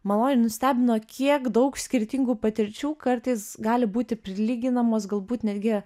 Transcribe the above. maloniai nustebino kiek daug skirtingų patirčių kartais gali būti prilyginamos galbūt netgi